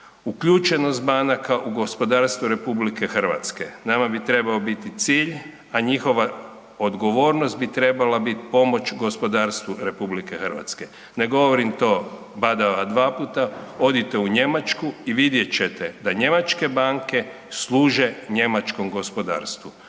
uključenost banaka u gospodarstvo RH. Nama bi trebao biti cilj, a njihova odgovornost bi trebala biti pomoć gospodarstvu RH. Ne govorim to badava 2 puta, odite u Njemačku i vidjet ćete da njemačke banke služe njemačkom gospodarstvu.